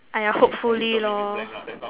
!aiya! hopefully lor